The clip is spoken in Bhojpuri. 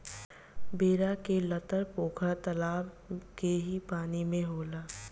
बेरा के लतर पोखरा तलाब के ही पानी में होला